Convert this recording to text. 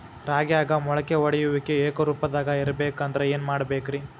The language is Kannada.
ರಾಗ್ಯಾಗ ಮೊಳಕೆ ಒಡೆಯುವಿಕೆ ಏಕರೂಪದಾಗ ಇರಬೇಕ ಅಂದ್ರ ಏನು ಮಾಡಬೇಕ್ರಿ?